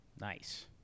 Nice